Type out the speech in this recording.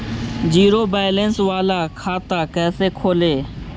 Zero balance बाला खाता कैसे खोले?